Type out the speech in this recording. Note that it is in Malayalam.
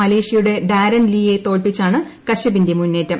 മലേഷൃയുടെ ഡാരൻ ലിയെ തോൽപ്പിച്ചാണ് കശൃപിന്റെ മുന്നേറ്റം